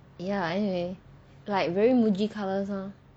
ya anyway like very Muji colours lor